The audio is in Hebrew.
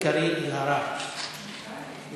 חברת הכנסת קארין אלהרר, בבקשה.